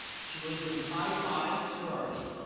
she lives in pi phi sorority,